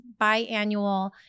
biannual